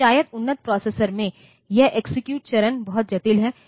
तो शायद उन्नत प्रोसेसर में यह एक्सेक्यूट चरण बहुत जटिल है